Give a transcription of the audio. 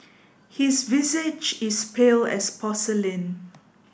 his visage is pale as porcelain